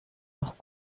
noch